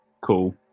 cool